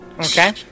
Okay